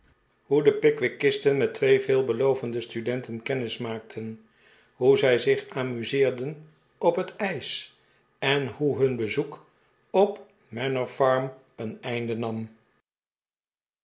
hoe de pickwickisten met twee veelbelovende studenten kennis maakten hoe zij zich amuseerden op het ijs en hoe hun bezoek op manor farm een einde nam